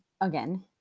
again